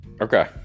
Okay